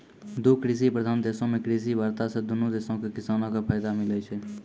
दु कृषि प्रधान देशो मे कृषि वार्ता से दुनू देशो के किसानो के फायदा मिलै छै